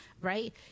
right